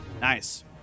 Nice